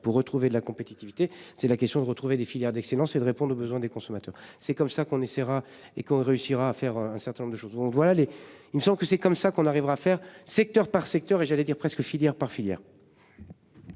Pour retrouver de la compétitivité. C'est la question de retrouver des filières d'excellence et de répondre aux besoins des consommateurs. C'est comme ça qu'on essaiera et qu'on réussira à faire un certain nombre de choses, on doit aller. Il me semble que c'est comme ça qu'on arrivera à faire, secteur par secteur et j'allais dire presque filière par filière.